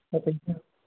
तपाईँ चाहिँ